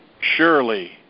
surely